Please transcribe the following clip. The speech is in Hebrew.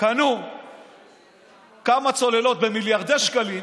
קנו כמה צוללות במיליארדי שקלים,